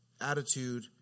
attitude